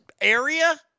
area